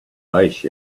face